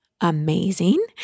amazing